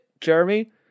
Jeremy